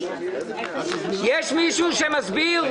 יש מישהו שמסביר?